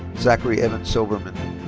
zachary evan silverman.